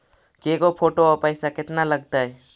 के गो फोटो औ पैसा केतना लगतै?